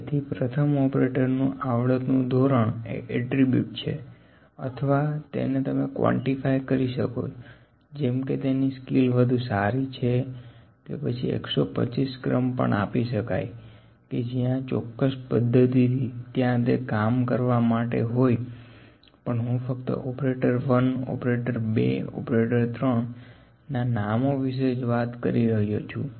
તેથી પ્રથમ ઓપરેટર નું આવડતનું ધોરણ એટ્રીબુટ છે અથવા તેને તમે કવોન્ટિફાય કરી શકો જેમ કે તેની skill વધુ સારી છે કે પછી 125 ક્રમ પણ આપી શકાય કે જયાં ચોકકસ પદ્ધતિ થી ત્યાં તે કામ કરવા માટે હોય પણ હું ફક્ત ઓપરેટર 1 ઓપરેટર 2 ઓપરેટર 3 ના નામો વિશે જ વાત કરી રહ્યો છું